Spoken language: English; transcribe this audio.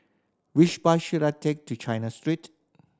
which bus should I take to China Street